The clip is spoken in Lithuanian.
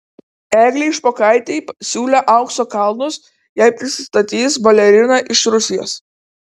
eglei špokaitei siūlė aukso kalnus jei prisistatys balerina iš rusijos